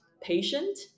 patient